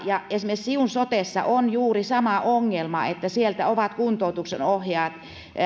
ja esimerkiksi siun sotessa on juuri sama ongelma eli kuntoutuksen ohjaajat ovat